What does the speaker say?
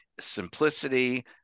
Simplicity